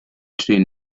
trên